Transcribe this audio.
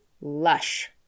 lush